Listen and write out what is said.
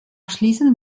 schließen